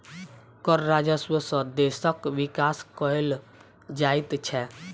कर राजस्व सॅ देशक विकास कयल जाइत छै